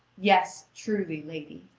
yes, truly, lady.